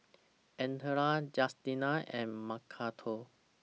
Ardella Justina and Macarthur